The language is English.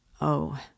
Oh